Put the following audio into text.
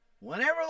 Whenever